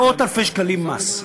מאות אלפי שקלים מס.